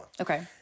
Okay